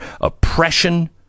oppression